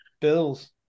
bills